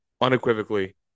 unequivocally